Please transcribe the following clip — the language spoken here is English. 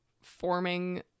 forming